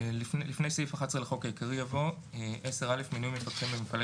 לפני סעיף 11 לחוק העיקרי יבוא: מינוי מפקחים במפעלי